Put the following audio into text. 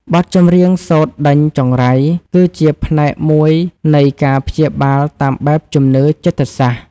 បទចម្រៀងសូត្រដេញចង្រៃ គឺជាផ្នែកមួយនៃការព្យាបាលតាមបែបជំនឿចិត្តសាស្ត្រ។